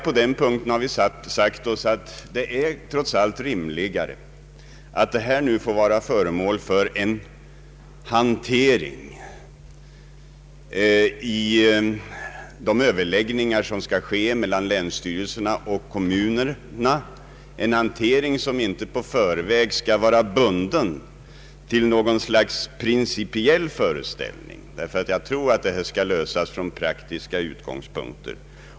På den punkten har vi sagt oss att det är rimligast att denna fråga får bli föremål för överläggningar mellan länsstyrelserna och kommunerna — cen hantering som inte i förväg skall vara så bunden att det hela inte kan lösas från praktiska utgångspunkter.